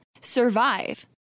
survive